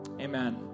Amen